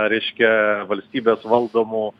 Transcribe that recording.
reiškia valstybės valdomų